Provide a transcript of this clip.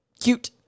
cute